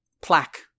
plaque